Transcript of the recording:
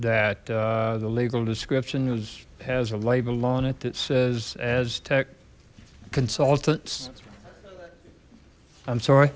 that the legal description was has a label on it that says as tech consultants i'm sorry